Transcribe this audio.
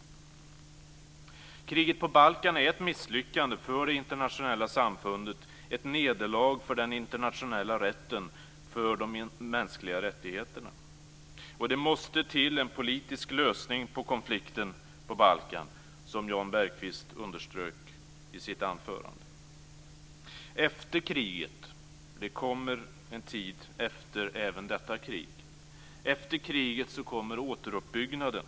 Kriget på Balkan är ett misslyckande för det internationella samfundet. Det är ett nederlag för den internationella rätten, för de mänskliga rättigheterna. Och det måste till en politisk lösning på konflikten på Balkan, som Jan Bergqvist underströk i sitt anförande. Efter kriget - det kommer en tid även efter detta krig - kommer återuppbyggnaden.